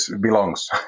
belongs